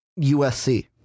USC